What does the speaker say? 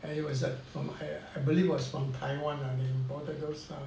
from I I believe it was from Taiwan lah they imported those